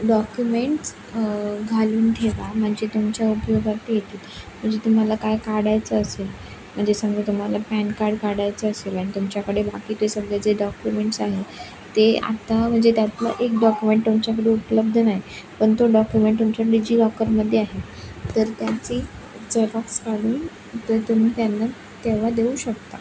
documents घालून ठेवा म्हणजे तुमच्या उपयोगात येतील म्हणजे तुम्हाला काय काढायचं असेल म्हणजे समजा तुम्हाला पॅन कार्ड काढायचं असेल आणि तुमच्याकडे बाकीचे सगळे जे डॉक्युमेंट्स आहे ते आत्ता म्हणजे त्यातलं एक डॉक्युमेंट तुमच्याकडे उपलब्ध नाही पण तो डॉक्युमेंट तुमच्या डिजिलॉकरमध्ये आहे तर त्याची झेरॉक्स काढून ती तुम्ही त्यांना तेव्हा देऊ शकता